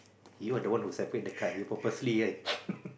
you are the one who separate the card you purposely right